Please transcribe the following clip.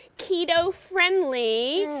keto friendly,